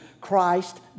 Christ